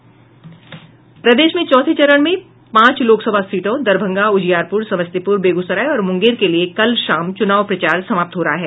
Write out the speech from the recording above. प्रदेश में चौथे चरण में पांच लोकसभा सीटों दरभंगा उज्जियारपुर समस्तीपुर बेगूसराय और मुंगेर के लिए कल शाम चुनाव प्रचार समाप्त हो रहा है